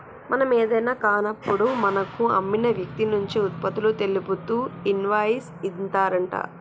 మనం ఏదైనా కాన్నప్పుడు మనకు అమ్మిన వ్యక్తి నుంచి ఉత్పత్తులు తెలుపుతూ ఇన్వాయిస్ ఇత్తారంట